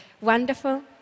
wonderful